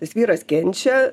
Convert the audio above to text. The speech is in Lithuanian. tas vyras kenčia